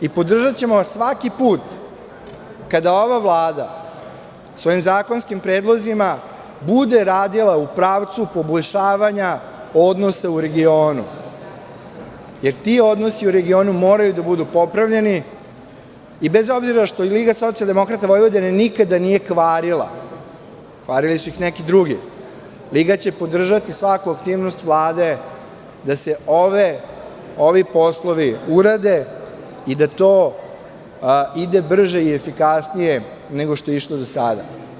I podržaćemo vas svaki put kada ova Vlada svojim zakonskim predlozima bude radila u pravcu poboljšavanja odnosa u regionu, jer ti odnosi u regionu moraju da budu popravljeni, bez obzira što Liga socijaldemokrata Vojvodine nikada nije kvarila, kvarili su ih neki drugi, Liga će podržati svaku aktivnost Vlade da se ovi poslovi urade i da to ide brže i efikasnije nego što je išlo do sada.